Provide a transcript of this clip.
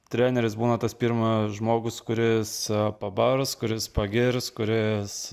treneris būna tas pirmas žmogus kuris pabars kuris pagirs kuris